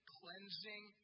cleansing